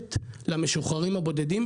תומכת למשוחררים הבודדים,